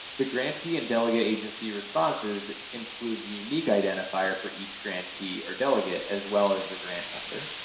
the grantee and delegate agency responses includes a unique identifier for each grantee or delegate as well as the grant number.